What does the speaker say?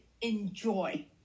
enjoy